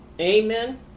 Amen